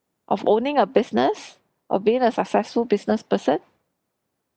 of owning a business of being a successful business person